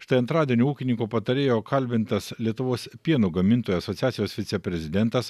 štai antradienio ūkininko patarėjo kalbintas lietuvos pieno gamintojų asociacijos viceprezidentas